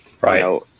right